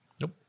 Nope